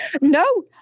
No